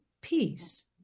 peace